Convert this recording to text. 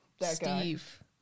Steve